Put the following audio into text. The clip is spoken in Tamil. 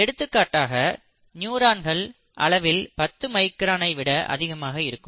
எடுத்துக்காட்டாக நியூரான்கள் அளவில் 10 மைக்ரானை விட அதிகமாக இருக்கும்